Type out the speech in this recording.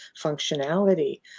functionality